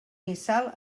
missal